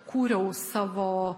kūriau savo